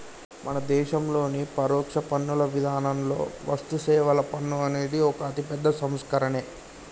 మన దేశంలోని పరోక్ష పన్నుల విధానంలో వస్తుసేవల పన్ను అనేది ఒక అతిపెద్ద సంస్కరనే